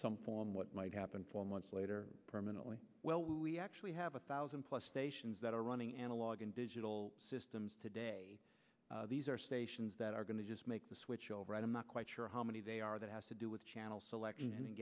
some form what might happen four months later permanently well we actually have a thousand plus stations that are running analog and digital systems today these are stations that are going to just make the switch over and i'm not quite sure how many they are that has to do with channel select